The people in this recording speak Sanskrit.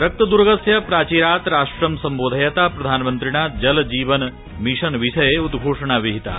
रक्तद्र्गस्य प्राचीरात् राष्ट्रं सम्बोधयता प्रधानमन्त्रिणा जलजीवन मिशन विषये उद्घोषणा विहिता